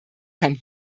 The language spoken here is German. kann